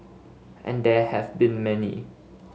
and there have been many